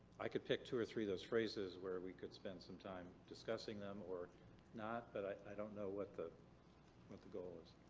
i could pick two or three of those phrases where we could spend some time discussing them or not. but i don't know what the what the goal is.